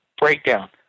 breakdown